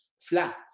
flat